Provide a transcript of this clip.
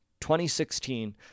2016